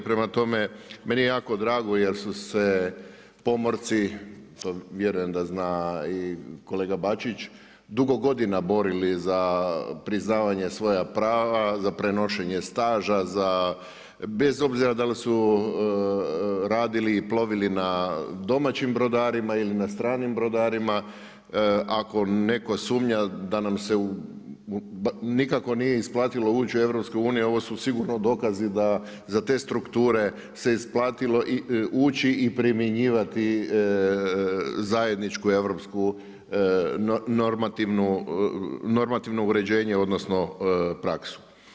Prema tome, meni je drago jer su se pomorci, to vjerujem da zna i kolega Bačić, dugo godina borili za priznavanje svojih prava, za prenošenje staža, za bez obzira da li su radili i plovili na domaćim brodarima ili na stranim brodarima, ako neko sumnja da nam se nikako nije isplatilo ući u EU, ovo su sigurno dokazi da za te strukture se isplatilo i ući i primjenjivati zajedničko europsko normativno uređenje odnosno praksu.